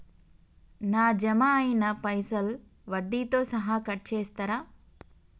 నా జమ అయినా పైసల్ వడ్డీతో సహా కట్ చేస్తరా?